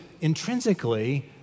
intrinsically